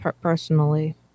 personally